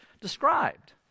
described